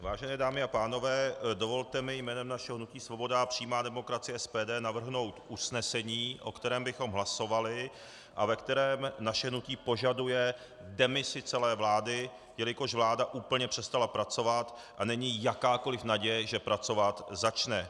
Vážené dámy a pánové, dovolte mi jménem našeho hnutí Svoboda a přímá demokracie SPD navrhnout usnesení, o kterém bychom hlasovali a ve kterém naše hnutí požaduje demisi celé vlády, jelikož vláda úplně přestala pracovat a není jakákoli naděje, že pracovat začne.